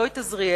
לא את עזריאלי,